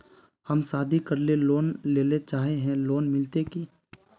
हम शादी करले लोन लेले चाहे है लोन मिलते की?